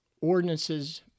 ordinances